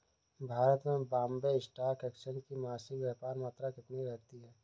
भारत में Bombay stock exchange की मासिक व्यापार मात्रा कितनी रहती है?